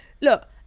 look